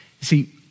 See